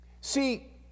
See